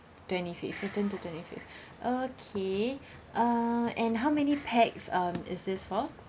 twenty fifth fifteen to twenty fifth okay uh and how many pax um is this for